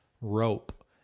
rope